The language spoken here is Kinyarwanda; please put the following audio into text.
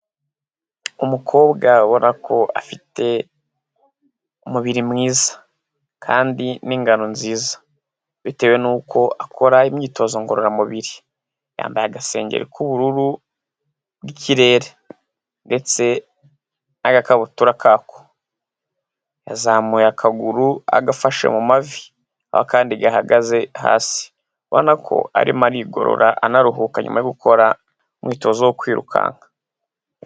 umukobwa Ubonako afite umubiri mwiza kandi n'ingano nziza bitewe n'uko akora imyitozo ngororamubiri, yambaye agasengeri k'ubururu bw'ikirere ndetse n'agakabutura kako, yazamuye akaguru agafashe mu mavi aho akandi gahagaze hasi ubona ko arimo arigorora anaruhuka nyuma yo gukora umwitozo wo kwirukanka.